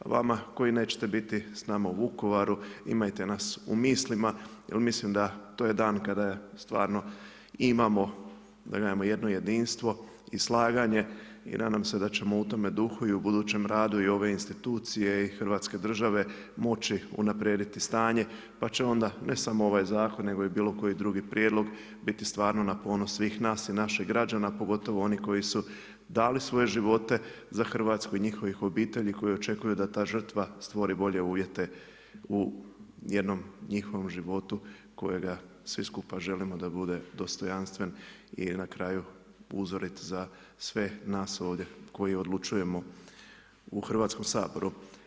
A vama koji nećete biti s nama u Vukovaru, imajte nas u mislima jer mislim da to je dan kada stvarno imamo, da kažem jedno jedinstvo i slaganje i nadam se da ćemo u tome duhu i u budućem radu i ove institucije i Hrvatske države moći unaprijediti stanje pa će onda ne samo ovaj zakon nego i bilo koji drugi prijedlog biti stvarno na ponos svih nas i naših građana, pogotovo oni koji su dali svoje živote za Hrvatsku i njihovih obitelji koji očekuju da ta žrtva stvori bolje uvjete u jednom njihovom životu kojega svi skupa želimo da bude dostojanstven i na kraju uzorit za sve nas ovdje koji odlučujemo u Hrvatskom saboru.